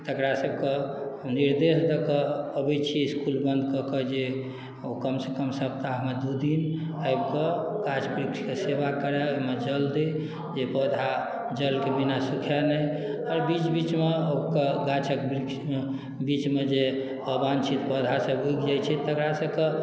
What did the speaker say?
तकरासभके निर्देश दए कऽ अबैत छी इस्कुल बन्द कऽ कऽ जे ओ कमसँ कम सप्ताहमे दू दिन आबि कऽ गाछ वृक्षके सेवा करए ओहिमे जल दै जे पौधा जलके बिना सुखाए नहि एहि बीच बीचमे ओ गाछक वृक्ष बीचमे जे अवांछित पौधासभ उगि जाइत छै तकरासभके